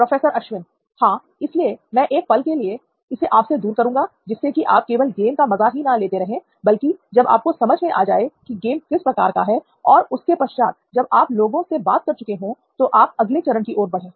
professor Ashwin हां इसलिए मैं एक पल के लिए इसे आपसे दूर करूंगा जिससे कि आप केवल गेम का मजा ही ना लेते रहे बल्कि जब आपको समझ में आ जाए की गेम किस प्रकार का है और उसके पश्चात जब आप लोगों से बात कर चुके हो तो आप अगले चरण की ओर बढ़ें